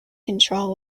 control